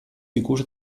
ikus